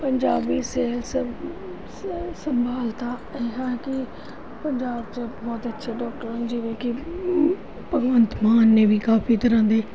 ਪੰਜਾਬੀ ਸਿਹਤ ਸੰਭਾਲ ਤਾਂ ਇਹ ਹੈ ਕਿ ਪੰਜਾਬ 'ਚ ਬਹੁਤ ਅੱਛੇ ਡੋਕਟਰ ਹਨ ਜਿਵੇਂ ਕਿ ਭਗਵੰਤ ਮਾਨ ਨੇ ਵੀ ਕਾਫੀ ਤਰ੍ਹਾਂ ਦੇ